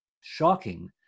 shocking